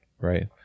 right